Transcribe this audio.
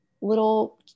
little